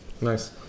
Nice